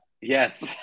yes